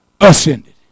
ascended